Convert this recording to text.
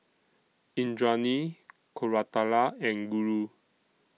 Indranee Koratala and Guru